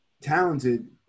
talented